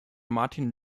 martin